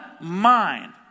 mind